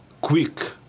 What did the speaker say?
quick